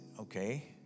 okay